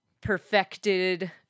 perfected